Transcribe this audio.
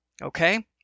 Okay